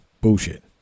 bullshit